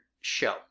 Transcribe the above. show